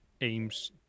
aims